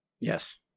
Yes